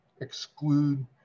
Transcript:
exclude